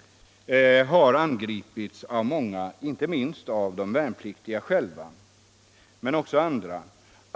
— har angripits av många, inte minst av de värnpliktiga själva, men också av andra.